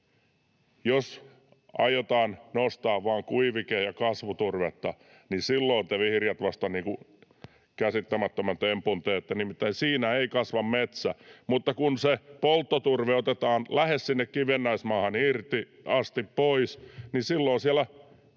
Jos aiotaan nostaa vain kuivike‑ ja kasvuturvetta, niin silloin te vihreät vasta käsittämättömän tempun teette, nimittäin siinä ei kasva metsä, mutta kun se polttoturve otetaan lähes sinne kivennäismaahan asti pois, niin silloin siellä